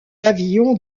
pavillon